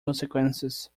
consequences